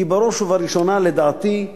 היא בראש ובראשונה, לדעתי,